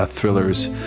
thrillers